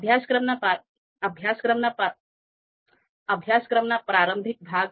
અન્ય દૃશ્યમાં શક્ય છે કે વિકલ્પોનું મૂલ્યાંકન ક્રમિક અથવા અંતરાલ સ્કેલનો ઉપયોગ કરીને કરવામાં આવે